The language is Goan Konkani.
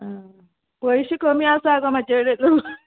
आं पयशे कमी आसा गो म्हाजे कडेन